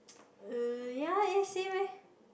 uh ya eh same eh